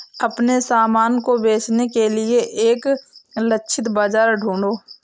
अपने सामान को बेचने के लिए एक लक्षित बाजार ढूंढो